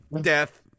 death